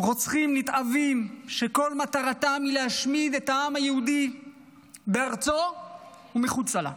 רוצחים נתעבים שכל מטרתם היא להשמיד את העם היהודי בארצו ומחוצה לה.